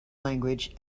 language